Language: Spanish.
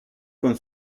con